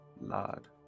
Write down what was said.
lord